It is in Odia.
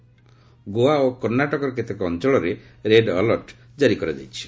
ଗୋଆ ଓ କର୍ଷ୍ଣାଟକର କେତେକ ଅଞ୍ଚଳରେ ରେଡ୍ ଆଲର୍ଟ କାରି କରାଯାଇଛି